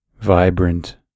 vibrant